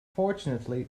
fortunately